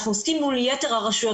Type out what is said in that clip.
אנחנו עוסקים מול יתר הרשויות,